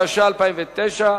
התש"ע 2009,